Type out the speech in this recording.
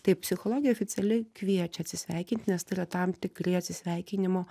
tai psichologė oficialiai kviečia atsisveikint nes tai yra tam tikri atsisveikinimo